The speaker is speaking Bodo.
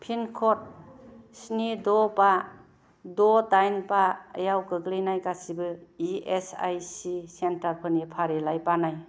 पिनक'ड स्नि द' बा द' दाइन बा याव गोग्लैनाय गासिबो इ एस आइ सि सेन्टारफोरनि फारिलाइ बानाय